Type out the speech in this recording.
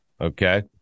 Okay